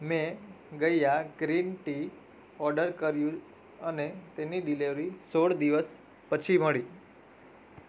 મેં ગઇયા green tea order કર્યું અને તેની ડિલિવરી સોળ દિવસ પછી મળી